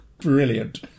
Brilliant